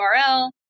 URL